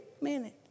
minute